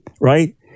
right